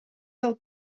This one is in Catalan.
del